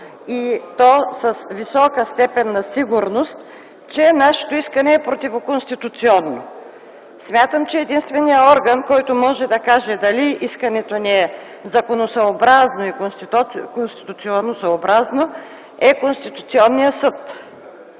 и то с висока степен на сигурност, че нашето искане е противоконституционно. Смятам, че единственият орган, който може да каже дали искането ни е законосъобразно и конституционосъобразно е Конституционният съд.